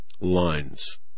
lines